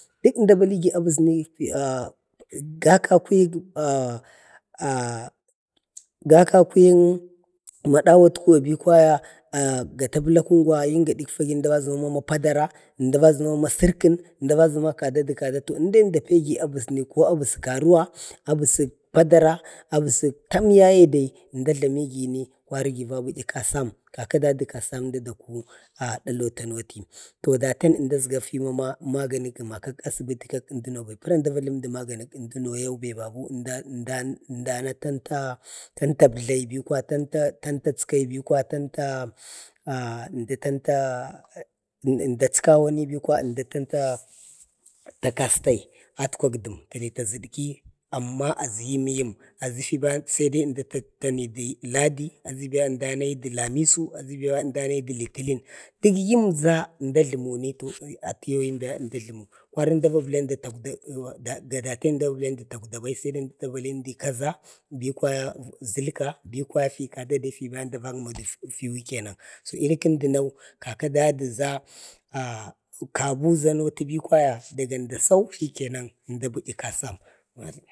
dək əmda baligi abəsni ga kakuyik ga kakuyik, madawat kuwa bi kwaya ah gataplakən gwa, gadik fagin be əmda aʒənama padara, əmda va ʒəma ma sərkəm, əmda va ʒə na ma kada də kada. to əmda apigi abəs karuwa, abəsə padara, abəsək tam yaye dai, əmda jlamigini kwarigi va bə'yi kasam. kaka dadə kasam də dako ah dalan ta nauti to daten əmda əsga fima ma magani gəna ka asibiti, ka kənduno bi, pəra əmdi va jləmədi magani amduno yau be babu ənda ənda ənda ani tanta ətlbai bi kwaya tan tachki, ənda əchkawo ni bi kwaya ənda tan ta kastai, atkwak dəm, tanai ta ʒədki, amma aʒu yəmyəm. aʒu fiba saidai əmda tani ladi, aʒə bai ənda anaidi lamisu, aʒəbai ənda a naidu litərən. dək yəmʒa əmda a jlumuni, ətəyau əmda a jlumu. kwari əmdo va bəlaidu takwda, ga daten əmda va bəludu takwda bau, saidai əmdi ta bali kaʒa, bi kwaya ʒəlka, bi kwaya fi kada fi əmdava gəma fiwu kenan. so iri kəndun kaka daduʒa, ah kabuʒa nautu bi kwaya daga əmdasau əmda a bə'yi kasam